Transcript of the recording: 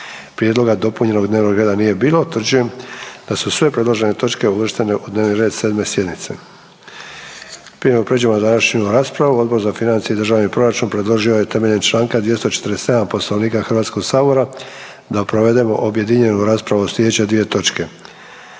prijedloga dopunjenog dnevnog reda nije bilo, utvrđujem da su sve predložene točke uvrštene u dnevni red 7. sjednice. Prije nego prijeđemo na današnju raspravu, Odbor za financije i državni proračun predložio je temeljem čl. 247 Poslovnika HS-a da provedemo objedinjenu raspravu o sljedeće dvije točke.